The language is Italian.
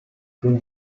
con